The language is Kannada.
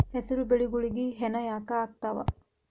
ಹೆಸರು ಬೆಳಿಗೋಳಿಗಿ ಹೆನ ಯಾಕ ಆಗ್ತಾವ?